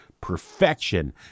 Perfection